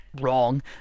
wrong